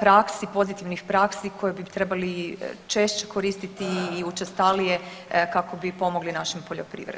praksi, pozitivnih praksi koji bi trebali češće koristiti i učestalije kako bi pomogli našim poljoprivrednicima.